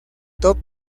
top